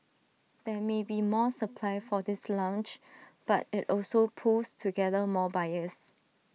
there may be more supply for this launch but IT also pools together more buyers